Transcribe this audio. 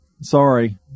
Sorry